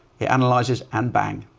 it analyzes and bang.